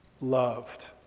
loved